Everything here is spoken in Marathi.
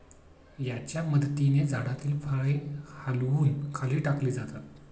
याच्या मदतीने झाडातील फळे हलवून खाली टाकली जातात